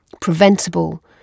preventable